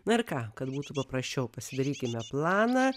na ir ką kad būtų paprasčiau pasidarykime planą